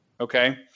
Okay